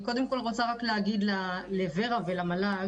אני קודם כל רוצה להגיד לור"ה ולמל"ג,